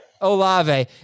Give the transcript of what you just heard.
Olave